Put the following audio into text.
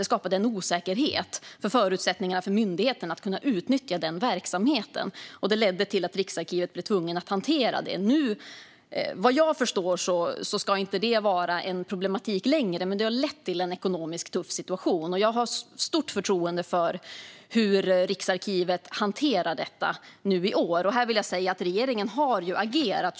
Det skapade en osäkerhet för förutsättningarna för myndigheten att kunna utnyttja den verksamheten. Det ledde till att man på Riksarkivet blev tvungen att hantera det. Vad jag förstår ska detta inte vara ett problem längre, men det har lett till en tuff ekonomisk situation. Jag har stort förtroende för hur Riksarkivet hanterar detta nu i år. Här vill jag säga att regeringen har agerat.